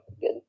good